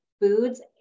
foods